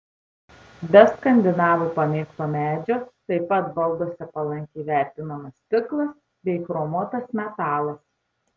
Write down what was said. be skandinavų pamėgto medžio taip pat balduose palankiai vertinamas stiklas bei chromuotas metalas